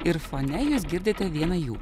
ir fone jūs girdite vieną jų